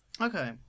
Okay